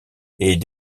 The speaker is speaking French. est